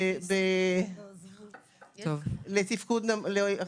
עם תפקוד נמוך.